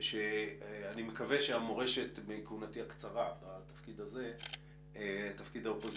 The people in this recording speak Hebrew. שאני מקווה שהמורשת מכהונתי הקצרה בתפקיד האופוזיציוני